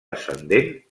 ascendent